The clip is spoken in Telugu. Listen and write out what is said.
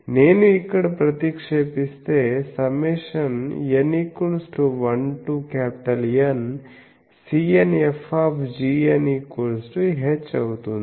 నేను ఇక్కడ ప్రతిక్షేపిస్తే Σn 1 to NcnF h అవుతుంది